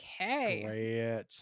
okay